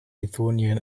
lithuanian